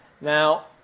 Now